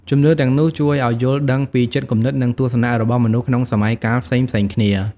ជំនឿទាំងនោះជួយឲ្យយល់ដឹងពីចិត្តគំនិត និងទស្សនៈរបស់មនុស្សក្នុងសម័យកាលផ្សេងៗគ្នា។